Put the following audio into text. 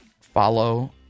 Follow